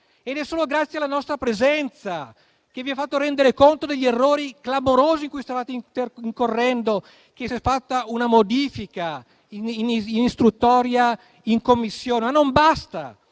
È solo grazie alla nostra presenza che vi siete resi conto degli errori clamorosi in cui stavate incorrendo e che si è fatta una modifica in fase istruttoria in Commissione. Questo